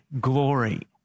glory